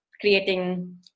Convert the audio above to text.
creating